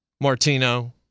Martino